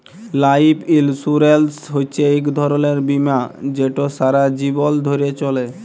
life insurance হছে ইক ধরলের বীমা যেট সারা জীবল ধ্যরে চলে